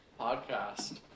Podcast